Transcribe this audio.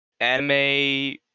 anime